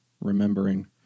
remembering